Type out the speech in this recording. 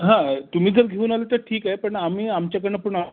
हं तुम्ही जर घेऊन आले तर ठीक आहे पण आम्ही आमच्याकडून पण